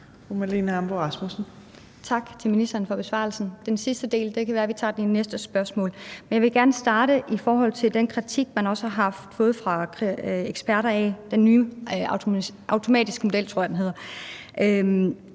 Tak til ministeren for besvarelsen. Den sidste del kan det være at vi tager under næste spørgsmål. Men jeg vil gerne starte med den kritik, der har været fra eksperternes side, af den automatiske model,